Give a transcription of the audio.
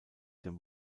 dem